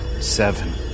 Seven